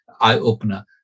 eye-opener